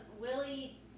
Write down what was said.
Willie